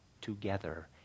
together